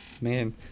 Man